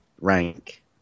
rank